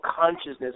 consciousness